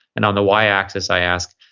and on the y axis i ask,